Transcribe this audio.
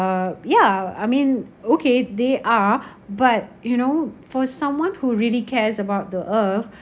yeah I mean okay they are but you know for someone who really cares about the earth